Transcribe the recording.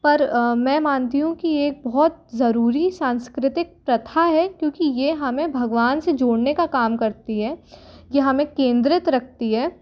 पर मैं मानती हूँ कि एक बहुत ज़रूरी सांस्कृतिक प्रथा है क्योंकि ये हमें भगवान से जोड़ने का काम करती है ये हमे केंद्रित रखती है